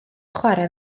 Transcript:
chwarae